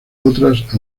otras